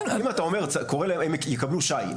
אם הם יקבלו שי,